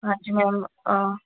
हाँ जी मैम